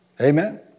Amen